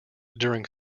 during